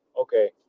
Okay